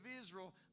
Israel